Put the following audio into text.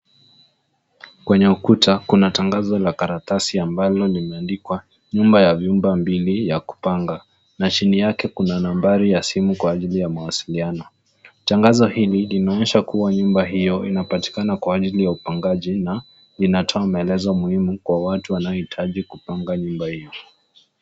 Kwenye ukuta kuna tangazo la karatasi ambalo limeandikwa nyumba ya vyumba mbili ya kupanga na chini yake kuna nambari ya simu kwa ajili ya mawasiliano. Tangazo hili linaonyesha kuwa nyumba hiyo inapatikana kwa ajili ya upangaji na inatoa maelezo muhimu kwa watu wanaohitaji kupanga nyumba hiyo.